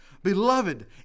Beloved